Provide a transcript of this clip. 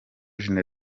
gen